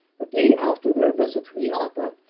the day after their visit to the opera,